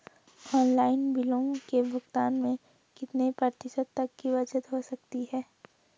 Online बिलों के भुगतान में कितने प्रतिशत तक की बचत हो सकती है?